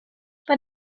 but